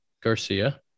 Garcia